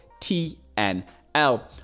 TNL